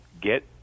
get